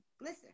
Listen